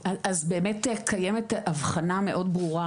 אז באמת קיימת הבחנה מאוד ברורה,